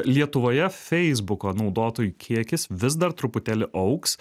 lietuvoje feisbuko naudotojų kiekis vis dar truputėlį augs